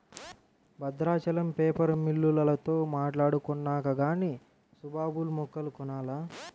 Bhadrachalam paper మిల్లోల్లతో మాట్టాడుకొన్నాక గానీ సుబాబుల్ మొక్కలు కొనాల